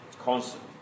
constant